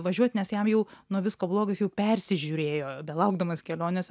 važiuot nes jam jau nuo visko bloga jis jau persižiūrėjo belaukdamas kelionės